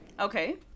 okay